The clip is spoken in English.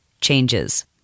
changes